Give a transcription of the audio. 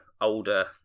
older